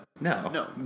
No